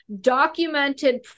documented